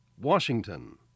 Washington